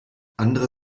andere